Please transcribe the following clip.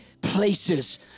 places